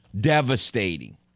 devastating